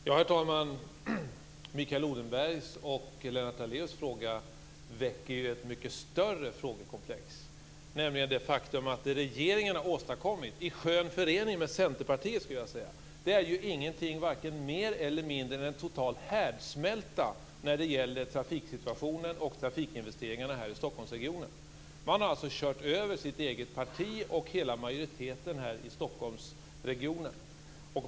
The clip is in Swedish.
Herr talman! Mikael Odenbergs och Lennart Daléus fråga väcker ett mycket större frågekomplex. Det regeringen har åstadkommit - i skön förening med Centerpartiet, skulle jag vilja säga - är inget mer eller mindre än en total härdsmälta när det gäller trafiksituationen och trafikinvesteringarna här i Stockholmsregionen. Den har kört över sitt eget parti och hela majoriteten här i Stockholmsregionen.